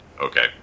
Okay